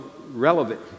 relevant